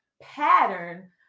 pattern